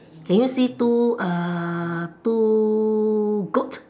can you see two uh two goat